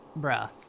Bruh